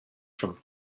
from